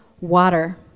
water